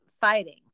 fighting